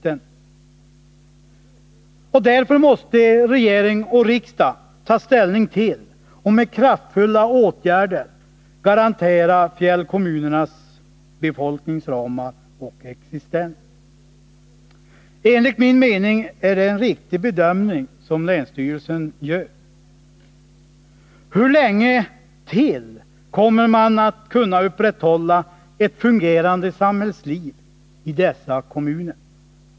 Därför måste regering och riksdag ta ställning till och med kraftfulla åtgärder garantera fjällkommunernas befolkningsramar och existens. Enligt min mening är det en riktig bedömning som länsstyrelsen gör. Hur länge kommer man att kunna upprätthålla ett fungerande samhällsliv i dessa kommuner?